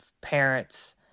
parents